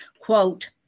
quote